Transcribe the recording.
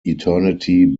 eternity